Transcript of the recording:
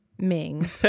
Ming